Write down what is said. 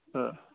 ஆ